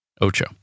Ocho